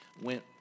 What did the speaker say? went